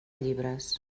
llibres